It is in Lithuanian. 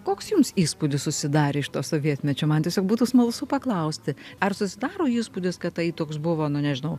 koks jums įspūdis susidarė iš to sovietmečio man tiesiog būtų smalsu paklausti ar susidaro įspūdis kad tai toks buvo nu nežinau